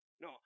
No